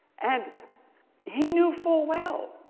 and he knew full well,